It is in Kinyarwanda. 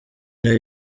nayo